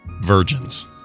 virgins